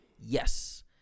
Yes